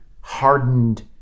hardened